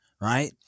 right